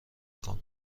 کنه